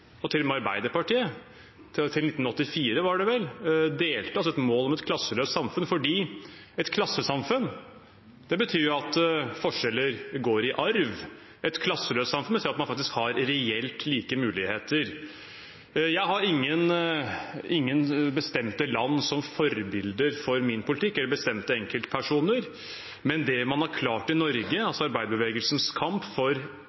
til og med Arbeiderpartiet, delte fram til 1984, var det vel – altså et mål om et klasseløst samfunn. Et klassesamfunn betyr at forskjeller går i arv. Et klasseløst samfunn vil si at man faktisk har reelt like muligheter. Jeg har ingen bestemte land eller enkeltpersoner som forbilde for min politikk. Det man har klart i Norge, altså arbeiderbevegelsens kamp for